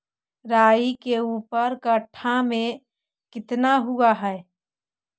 राई के ऊपर कट्ठा में कितना हुआ है?